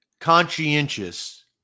conscientious